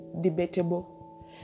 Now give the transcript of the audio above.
debatable